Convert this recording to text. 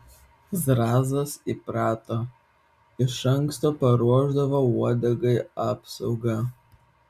zrazas įprato iš anksto paruošdavo uodegai apsaugą